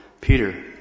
Peter